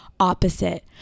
opposite